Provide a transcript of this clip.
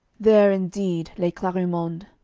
there, indeed, lay clarimonde,